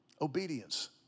Obedience